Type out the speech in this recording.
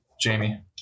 Jamie